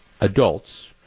adults